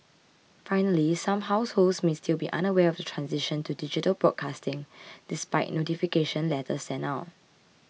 finally some households may still be unaware of the transition to digital broadcasting despite notification letters sent out